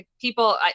People